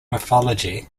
mythology